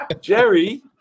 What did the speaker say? Jerry